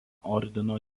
ordino